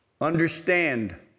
Understand